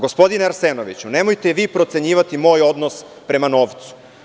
Gospodine Arsenoviću, nemojte vi procenjivati moj odnos prema novcu.